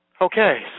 Okay